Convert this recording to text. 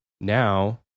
now